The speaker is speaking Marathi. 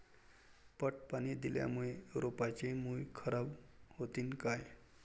पट पाणी दिल्यामूळे रोपाची मुळ खराब होतीन काय?